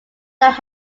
that